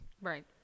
Right